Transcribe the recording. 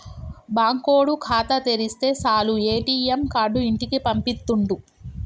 బాంకోడు ఖాతా తెరిస్తె సాలు ఏ.టి.ఎమ్ కార్డు ఇంటికి పంపిత్తుండు